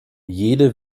jede